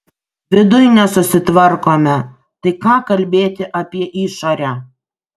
viduj nesusitvarkome tai ką kalbėti apie išorę